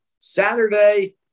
Saturday